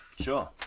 Sure